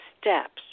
steps